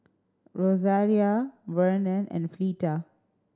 Rosaria Vernon and Fleeta